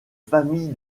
famille